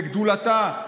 בגדולתה,